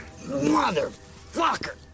Motherfucker